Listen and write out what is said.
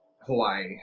Hawaii